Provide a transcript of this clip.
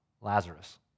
Lazarus